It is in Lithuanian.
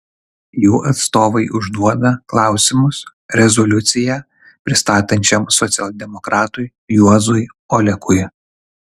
jų atstovai užduoda klausimus rezoliuciją pristatančiam socialdemokratui juozui olekui